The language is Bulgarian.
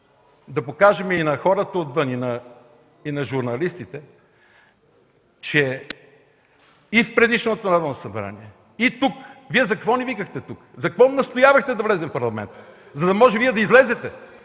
Да покажем на хората отвън, и на журналистите, че и в предишното Народно събрание, и тук – Вие за какво ни викахте тук, за какво настоявахте да влезем в Парламента?! За да може Вие да излезете,